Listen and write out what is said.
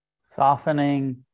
Softening